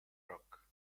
rock